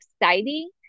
exciting